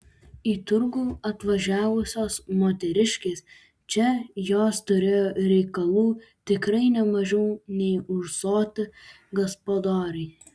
į turgų atvažiavusios moteriškės čia jos turėjo reikalų tikrai ne mažiau nei ūsuoti gaspadoriai